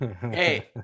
hey